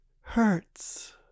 hurts